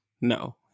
no